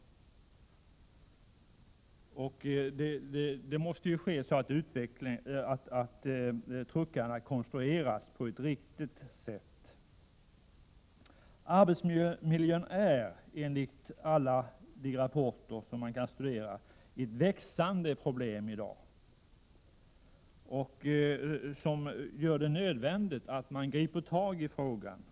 Truckarna måste konstrueras på ett riktigt sätt. Arbetsmiljön är enligt alla rapporter som man kan studera ett växande problem som det är nödvändigt att gripa tag i.